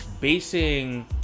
basing